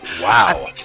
Wow